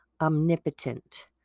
omnipotent